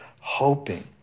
hoping